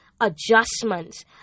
adjustments